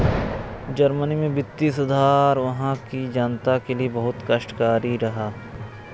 Germany में वित्तीय सुधार वहां की जनता के लिए बहुत कष्टकारी रहा